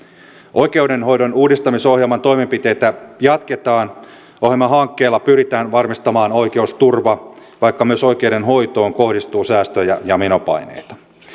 oikeudenhoidon uudistamisohjelman toimenpiteitä jatketaan ohjelmahankkeella pyritään varmistamaan oikeusturva vaikka myös oikeudenhoitoon kohdistuu säästöjä ja menopaineita